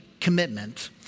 commitment